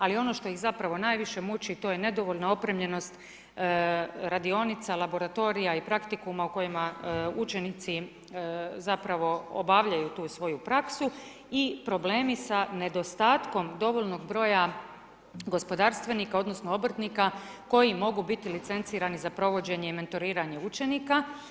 Ali ono što ih zapravo najviše muči to je nedovoljna opremljenost radionica, laboratorija i praktikuma u kojima učenici zapravo obavljaju tu svoju praksu i problemi sa nedostatkom dovoljnog broja gospodarstvenika, odnosno obrtnika koji mogu biti licencirani za provođenje i mentoriranje učenika.